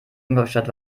ingolstadt